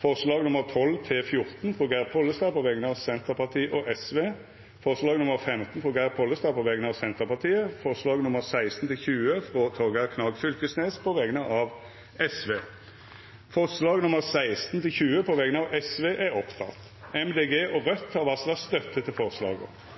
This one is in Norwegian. forslaga nr. 12–14, frå Geir Pollestad på vegner av Senterpartiet og Sosialistisk Venstreparti forslag nr. 15, frå Geir Pollestad på vegner av Senterpartiet forslaga nr. 16–20, frå Torgeir Knag Fylkesnes på vegner av Sosialistisk Venstreparti Det vert fyrst votert over forslaga nr. 16–20, frå Sosialistisk Venstreparti. Forslag nr. 16